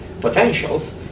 potentials